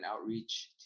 outreach